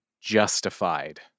Justified